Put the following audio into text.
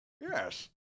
Yes